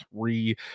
three